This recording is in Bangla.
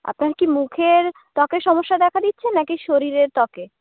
আপনার কি মুখের ত্বকের সমস্যা দেখা দিচ্ছে নাকি শরীরের ত্বকে